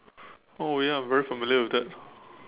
oh ya very familiar with that